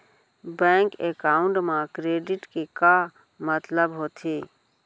Bank account मा credit के का मतलब होथे?